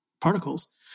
particles